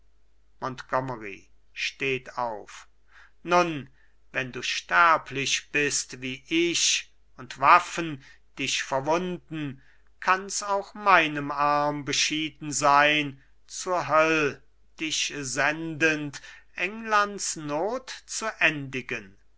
montgomery steht auf nun wenn du sterblich bist wie ich und waffen dich verwunden kanns auch meinem arm beschieden sein zur höll dich sendend englands not zu endigen